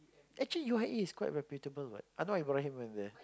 actually U_I_A is quite reputable what I know Ibrahim in there